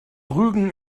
rügen